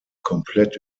komplett